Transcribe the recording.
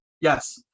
yes